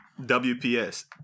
WPS